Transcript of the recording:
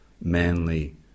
manly